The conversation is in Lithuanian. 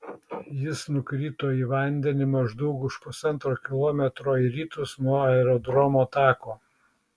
jis nukrito į vandenį maždaug už pusantro kilometro į rytus nuo aerodromo tako